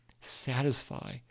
satisfy